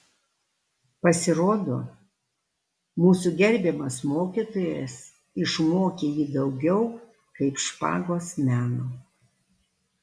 pasirodo mūsų gerbiamas mokytojas išmokė jį daugiau kaip špagos meno